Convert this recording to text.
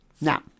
Now